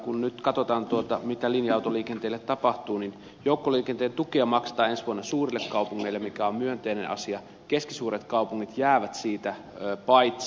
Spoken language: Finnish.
kun nyt katsotaan tuota mitä linja autoliikenteelle tapahtuu niin joukkoliikenteen tukea maksetaan ensi vuonna suurille kaupungeille mikä on myönteinen asia keskisuuret kaupungit jäävät siitä paitsi